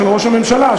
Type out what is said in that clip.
של ראש הממשלה,